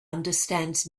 understands